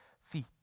feet